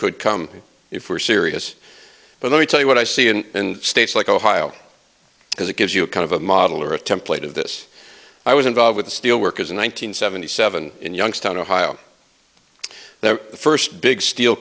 could come if we're serious but let me tell you what i see in states like ohio because it gives you a kind of a model or a template of this i was involved with the steel workers in one nine hundred seventy seven in youngstown ohio their first big steel